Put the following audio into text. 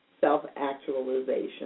self-actualization